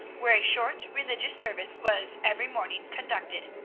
where a short religious service was every morning conducted.